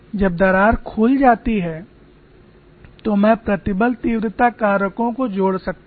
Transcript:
जब दरार खुल जाती है तो मैं प्रतिबल तीव्रता कारकों को जोड़ सकता हूं